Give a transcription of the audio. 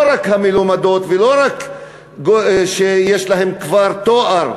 לא רק המלומדות ולא רק אלה שיש להן כבר תואר,